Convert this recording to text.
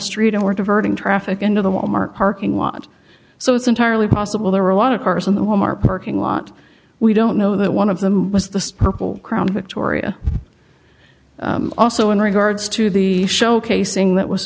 street and were diverting traffic into the wal mart parking lot so it's entirely possible there were a lot of cars in the wal mart parking lot we don't know that one of them was the purple crown victoria also in regards to the showcasing that was